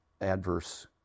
adverse